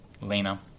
Lena